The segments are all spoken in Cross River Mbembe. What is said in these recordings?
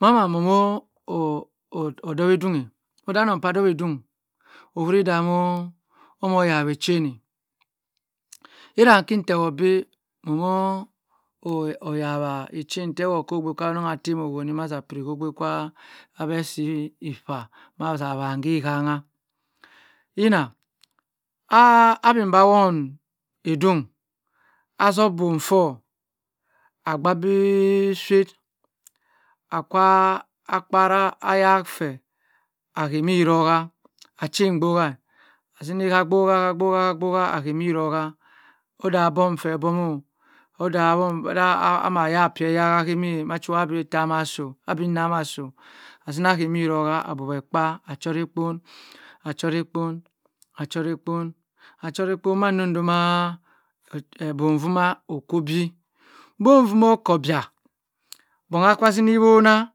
Maman moh dh dhowadongha odey anon aa dowadong ohuri amoh yawi echen eh ira iwuri terword bi momoh oyawch echen terword ogbe anong ah temowoni maza pri ko gbe sa abeh si ipha maza awingi ihangha yina ah amemba won edung azoh bum foor agbar bi shi a kwa akpara aya seh aha mi rohen achien boha azini ha bowa bowa bowa bowa ahe mi roha odey abom feh a bomoh odah amah eyah seh ayah seh ka mim, machua abitta soh abi nna amasoh, azina hey mi roha a gbuwe kpa a chorey ekpon achoreykpon achoreykpon achorey mando do ma bom wuma oko bie bom dumo oka bia bong aka zini iwona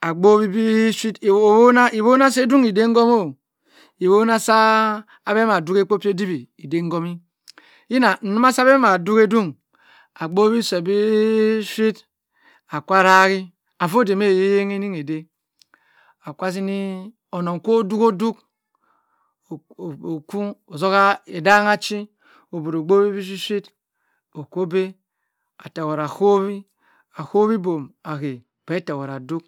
agbowi bi shi owoh wona soy dung idey ngome iwona sa beh ma duwi ikpo say ediwi nde gomi yina uma sa beh ma duadon agbowi seh bi shi akwa rahi auoh demeh ehaa yangh ini deh akwa zini onong ko duohduk okwu ozoha edernghachi obro, gbowi bi shi oko beh ah terword ah kowi akowi bom ahe beh terword ah du